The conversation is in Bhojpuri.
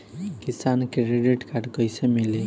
किसान क्रेडिट कार्ड कइसे मिली?